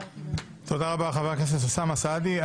תודה רבה חבר הכנסת אוסאמה סעדי.